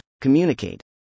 communicate